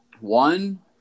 One